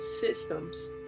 systems